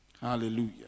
Hallelujah